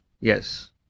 Yes